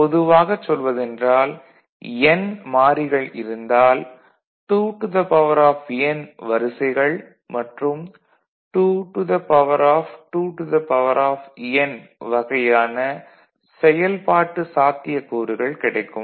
பொதுவாகச் சொல்வதென்றால் n மாறிகள் இருந்தால் 2n வரிசைகள் மற்றும் 22n வகையான செயல்பாட்டு சாத்தியக்கூறுகள் கிடைக்கும்